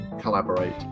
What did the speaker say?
collaborate